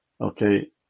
okay